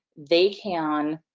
they can,